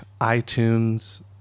iTunes